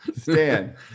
Stan